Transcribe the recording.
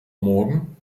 morgan